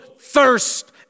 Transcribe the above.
thirst